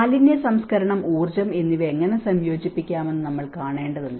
മാലിന്യ സംസ്കരണം ഊർജ്ജം എന്നിവ എങ്ങനെ സംയോജിപ്പിക്കാമെന്ന് നമ്മൾ കാണേണ്ടതുണ്ട്